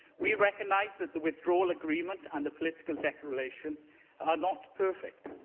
we recognise that the withdrawal agreement and the political declaration are not perfect.